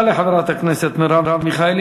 תודה לחברת הכנסת מרב מיכאלי.